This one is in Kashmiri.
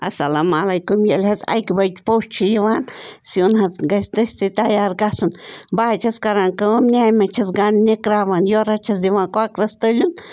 السلامُ علیکُم ییٚلہِ حظ اَکہِ بَجہِ پوٚژھ چھُ یِوان سیُن حظ گژھِ دٔستی تیار گژھُن بہٕ حظ چھَس کَران کٲم نیامہِ منٛز چھَس گَنٛڈ نِکراوان یورٕ حظ چھَس دِوان کۄکرَس تٔلنۍ